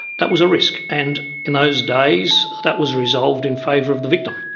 that was a risk and in those days that was resolved in favour of the victim.